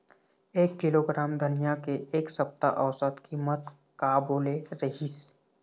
एक किलोग्राम धनिया के एक सप्ता औसत कीमत का बोले रीहिस?